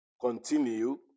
continue